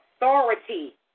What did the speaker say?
authority